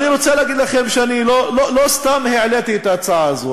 אני רוצה להגיד לכם שאני לא סתם העליתי את ההצעה הזו,